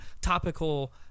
topical